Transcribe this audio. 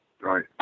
Right